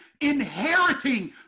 inheriting